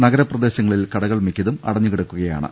നഗരപ്രദേശങ്ങളിൽ കടകൾ മിക്കതും അടഞ്ഞുകിടക്കുകയാ ണ്